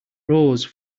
rose